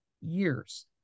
years